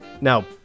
now